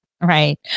right